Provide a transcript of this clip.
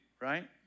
right